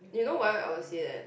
you know why I would say that